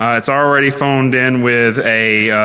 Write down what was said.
it's already phoned in with a